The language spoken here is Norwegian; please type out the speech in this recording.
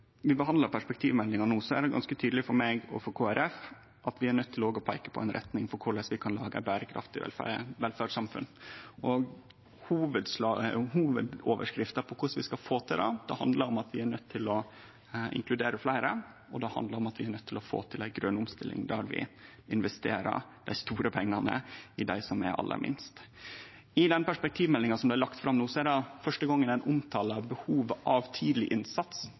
meg og for Kristeleg Folkeparti at vi òg er nøydde til å peike på ei retning for korleis vi kan lage eit berekraftig velferdssamfunn. Hovudoverskrifta for korleis vi skal få til det, handlar om at vi er nøydde til å inkludere fleire, og det handlar om at vi er nøydde til å få til ei grøn omstilling, der vi investerer dei store pengane i dei som er aller minst. I den perspektivmeldinga som blei lagd fram no, er det første gongen ein omtalar behovet for tidleg innsats,